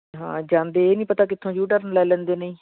ਹਾਂ ਜਾਂਦੇ ਇਹ ਨਹੀਂ ਪਤਾ ਕਿੱਥੋਂ ਯੂ ਟਰਨ ਲੈ ਲੈਂਦੇ ਨੇ